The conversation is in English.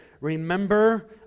Remember